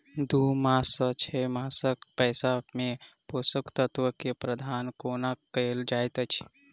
दू मास सँ छै मासक पौधा मे पोसक तत्त्व केँ प्रबंधन कोना कएल जाइत अछि?